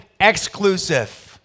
Exclusive